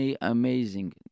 amazing